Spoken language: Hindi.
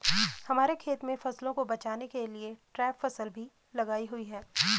हमारे खेत में फसलों को बचाने के लिए ट्रैप फसल भी लगाई हुई है